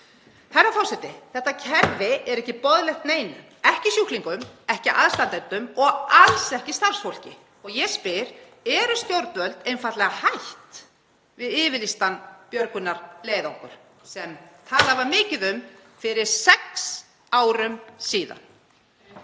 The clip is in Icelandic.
Þetta kerfi er ekki boðlegt neinum, ekki sjúklingum, ekki aðstandendum og alls ekki starfsfólki. Og ég spyr: Eru stjórnvöld einfaldlega hætt við yfirlýstan björgunarleiðangur sem mikið var talað um fyrir sex árum?